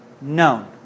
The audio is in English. known